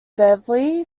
beverley